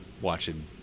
watching